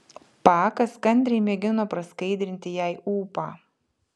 pakas kantriai mėgino praskaidrinti jai ūpą